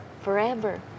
Forever